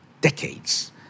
decades